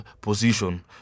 position